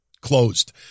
closed